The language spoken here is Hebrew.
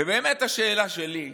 השאלה שלי,